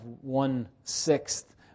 one-sixth